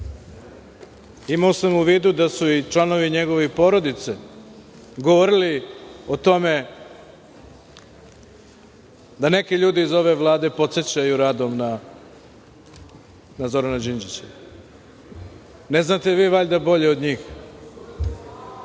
imao sam u vidu da su i članovi njegove porodice govorili o tome da neki ljudi iz ove Vlade podsećaju radom na Zorana Đinđića. Ne znate valjda vi bolje od njih. Što